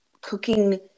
cooking